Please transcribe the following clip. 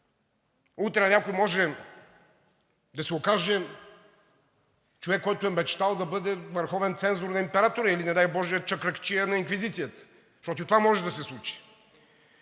Утре някой може да се окаже човек, който е мечтал да бъде върховен цензор на император, или не дай боже, чакръкчия на инквизицията, защото и това може да се случи.